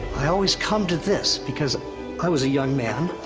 i always come to this, because i was a young man.